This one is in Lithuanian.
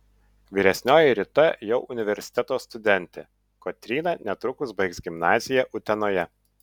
vyresnioji rita jau universiteto studentė kotryna netrukus baigs gimnaziją utenoje